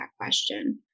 question